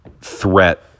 threat